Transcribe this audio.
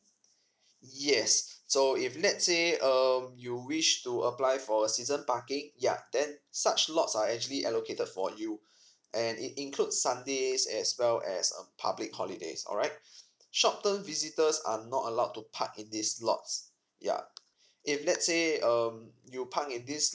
yes so if let's say um you wish to apply for a season parking yup then such lots are actually allocated for you and it include sundays as well as a public holidays alright short term visitors are not allowed to park in this lots yeah if let's say um you parked in this